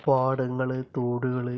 പാടങ്ങള് തോടുകള്